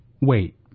Wait